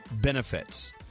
benefits